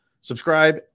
Subscribe